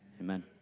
amen